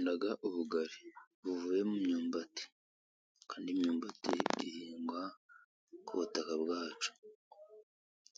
Nkuda ubugari buvuye mu myumbati, kandi imyumbati ihingwa ku butaka bwacu